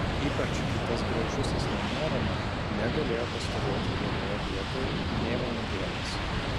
ypač kai tas gražusis nenuorama negalėjo pastovėti vienoje vietoj nė valandėlės